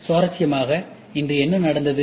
சுவாரஸ்யமாக இன்று என்ன நடந்தது